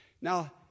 Now